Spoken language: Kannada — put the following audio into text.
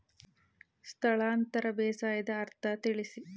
ಸ್ಥಳಾಂತರ ಬೇಸಾಯದ ಅರ್ಥ ತಿಳಿಸಿ?